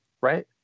right